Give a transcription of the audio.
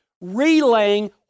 relaying